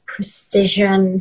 Precision